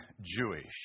Jewish